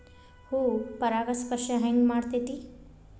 ಹೂ ಪರಾಗಸ್ಪರ್ಶ ಹೆಂಗ್ ಮಾಡ್ತೆತಿ?